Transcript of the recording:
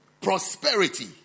Prosperity